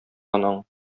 анаң